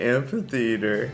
Amphitheater